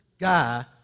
guy